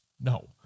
No